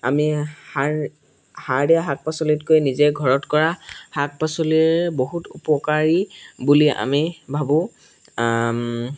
আমি সাৰ সাৰ দিয়া শাক পাচলিতকৈ নিজে ঘৰত কৰা শাক পাচলিৰ বহুত উপকাৰী বুলি আমি ভাবোঁ